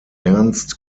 ernst